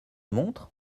montre